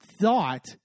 thought